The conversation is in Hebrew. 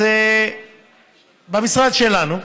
במשרד שלנו,